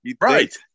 Right